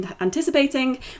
anticipating